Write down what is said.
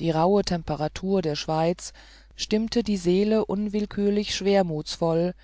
die rauhe temperatur der schweiz stimmte die seele unwillkürlich schwermuthsvoll